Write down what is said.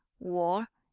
war,